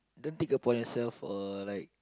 don't take upon yourself or like